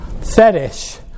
fetish